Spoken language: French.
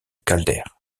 calder